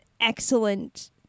excellent